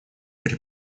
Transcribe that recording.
при